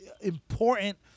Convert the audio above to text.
important